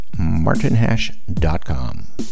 martinhash.com